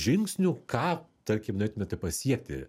žingsnių ką tarkim norėtumėte pasiekti